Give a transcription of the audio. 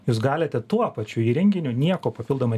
jūs galite tuo pačiu įrenginiu nieko papildomai